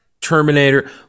Terminator